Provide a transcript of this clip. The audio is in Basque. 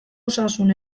osasun